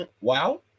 Wow